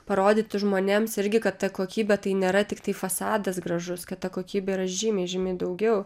parodyti žmonėms irgi kad ta kokybė tai nėra tiktai fasadas gražus kad ta kokybė yra žymiai žymiai daugiau